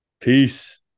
Peace